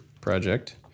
project